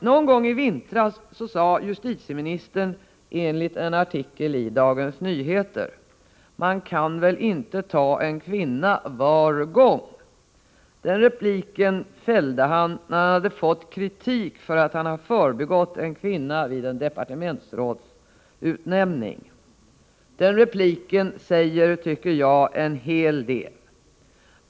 Någon gång i vintras sade justitieministern enligt en artikel i Dagens Nyheter: Man kan väl inte ta en kvinna var gång. Repliken fälldes när han fått kritik för att han hade förbigått en kvinna vid en departementsrådsutnämning. Den repliken säger, tycker jag, en hel del.